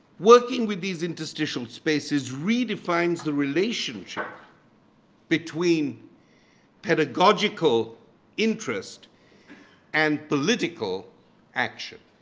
working with these interstitial spaces redefines the relationship between pedagogical interest and political action.